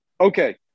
Okay